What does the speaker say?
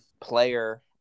player